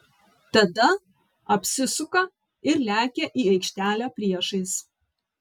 tada apsisuka ir lekia į aikštelę priešais